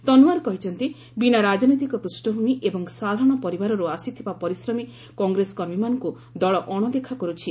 ତନ୍ୱାର କହିଛନ୍ତି ବିନା ରାଜନୈତିକ ପୂଷଭୂମି ଏବଂ ସାଧାରଣ ପରିବାରରୁ ଆସିଥିବା ପରିଶ୍ରମୀ କଂଗ୍ରେସ କର୍ମୀମାନଙ୍କୁ ଦଳ ଅଣଦେଖା କରୁଛି